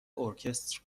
ارکستر